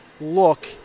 look